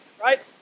Right